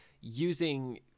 using